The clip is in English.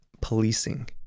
policing